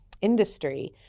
industry